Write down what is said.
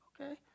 okay